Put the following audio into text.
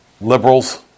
liberals